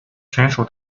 选手